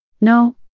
No